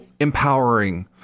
empowering